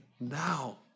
now